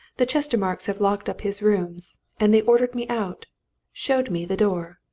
the chestermarkes have locked up his rooms and they ordered me out showed me the door!